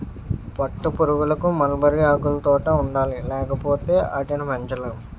పట్టుపురుగులకు మల్బరీ ఆకులుతోట ఉండాలి లేపోతే ఆటిని పెంచలేము